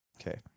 Okay